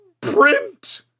print